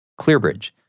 ClearBridge